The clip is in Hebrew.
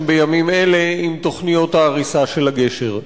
בימים אלה עם תוכניות ההריסה של הגשר.